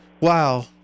Wow